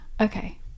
okay